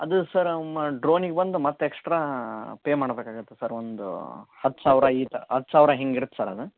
ಅದು ಸರ್ ಮ ಡ್ರೋನಿಗೆ ಬಂದು ಮತ್ತೆ ಎಕ್ಸ್ಟ್ರಾ ಪೇ ಮಾಡ್ಬೇಕಾಗತ್ತೆ ಸರ್ ಒಂದು ಹತ್ತು ಸಾವಿರ ಈತ ಹತ್ತು ಸಾವಿರ ಹಿಂಗಿರತ್ತೆ ಸರ್ ಅದು